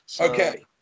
okay